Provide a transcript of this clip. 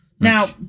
Now